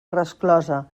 resclosa